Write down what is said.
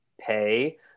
pay